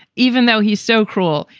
even though he's so cruel,